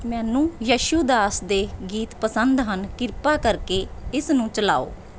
ਮੈਨੂੰ ਯਸ਼ੂਦਾਸ ਦੇ ਗੀਤ ਪਸੰਦ ਹਨ ਕਿਰਪਾ ਕਰਕੇ ਇਸਨੂੰ ਚਲਾਓ